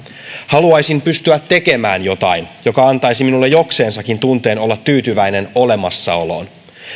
haluaisin pystyä tekemään jotain joka antaisi minulle jokseensakin tunteen olla tyytyväinen olemassaoloon